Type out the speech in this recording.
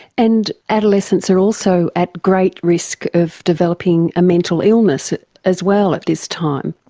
and adolescents are also at great risk of developing a mental illness as well at this time.